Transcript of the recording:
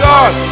God